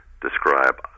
describe